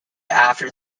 after